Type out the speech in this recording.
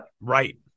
Right